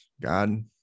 God